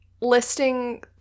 listing